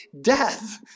death